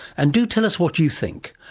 and do tell us what you think.